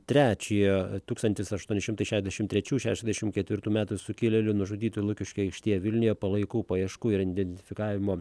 trečiojo tūkstantis aštuoni šimtai šešiasdešim trečių šešiasdešim ketvirtų metų sukilėlių nužudytų lukiškių aikštėje vilniuje palaikų paieškų ir identifikavimo